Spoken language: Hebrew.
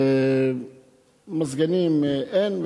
מזגנים אין,